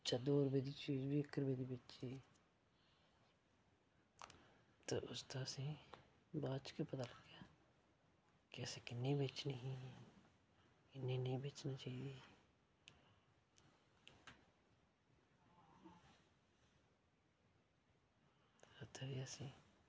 अच्छा दो रपेऽ दी चीज बी इक रपेऽ दी बेची ते उसदा असेंगी बाद च गै पता लग्गेआ कि असें किन्नी बेचनी ही किन्नी नेईं बेचनी ही ते उत्थें फ्ही असेंगी